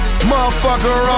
Motherfucker